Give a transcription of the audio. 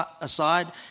aside